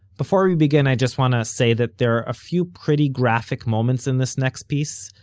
before we begin, i just want to say that there are a few pretty graphic moments in this next piece,